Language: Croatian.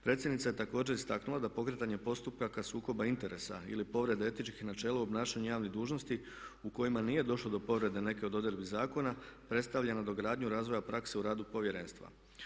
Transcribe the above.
Predsjednica je također istaknula da pokretanje postupka ka sukoba interesa ili povrede etičkih načela u obnašanju javnih dužnosti u kojima nije došlo do povrede neke od odredbi zakona predstavlja nadogradnju razvoja prakse u radu povjerenstva.